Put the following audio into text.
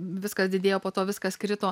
viskas didėjo po to viskas krito